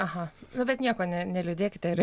aha nu bet nieko ne neliūdėkite ir